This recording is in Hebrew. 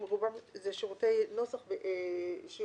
רובם אלה שינויי נוסח בלבד,